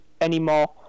anymore